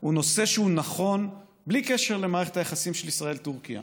הוא נושא שהוא נכון בלי קשר למערכת היחסים של ישראל טורקיה.